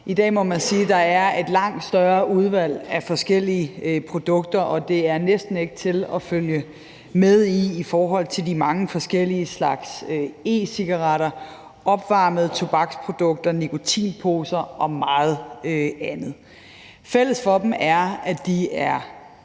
I dag må man sige, at der er et langt større udvalg af forskellige produkter, og det er næsten ikke til at følge med i i forhold til de mange forskellige slags e-cigaretter, opvarmede tobaksprodukter, nikotinposer og meget andet. Fælles for dem er, at de er